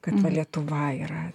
kad va lietuva yra